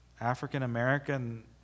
African-American